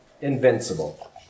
invincible